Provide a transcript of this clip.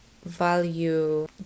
value